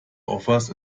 offers